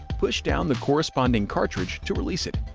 push down the corresponding cartridge to release it.